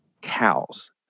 Cows